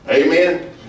Amen